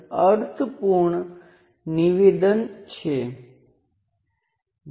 તેથી હું network N પર કોપી કરું જેનું મોડેલ મને પસંદ છે